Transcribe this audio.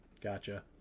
Gotcha